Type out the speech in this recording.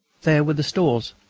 there were the stores,